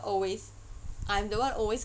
always I'm the [one] always